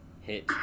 hit